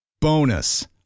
Bonus